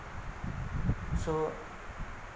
so